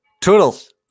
Toodles